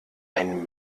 ein